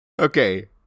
Okay